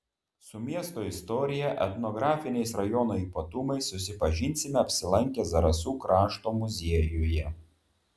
su miesto istorija etnografiniais rajono ypatumais susipažinsime apsilankę zarasų krašto muziejuje